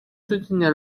soutenir